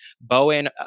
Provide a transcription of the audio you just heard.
Bowen